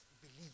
believe